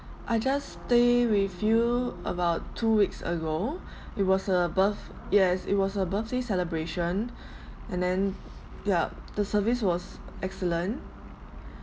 I just stay with you about two weeks ago it was a birth~ yes it was a birthday celebration and then yup the service was excellent